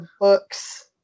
books